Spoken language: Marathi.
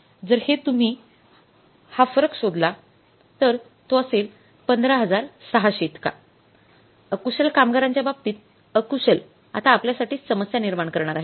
जर हे तुम्ही हा फरक शोधला तर तो असेल १५६०० इतका अकुशल कामगारांच्या बाबतीत अकुशल आता आपल्यासाठी समस्या निर्माण करणार आहेत